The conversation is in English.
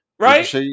Right